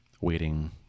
waiting